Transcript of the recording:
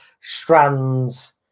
strands